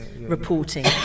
reporting